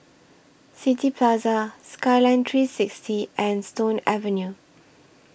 City Plaza Skyline three sixty and Stone Avenue